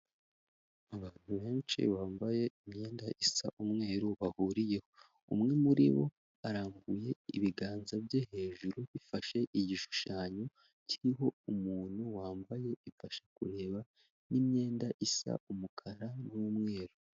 Abantu benshi bambaye imyenda isa umweru bahuriyeho. Umwe muri bo arambuye ibiganza bye hejuru bifashe igishushanyo kiriho umuntu wambaye imfashakureba n'imyenda isa umukara n'umweru.